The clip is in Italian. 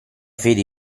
fede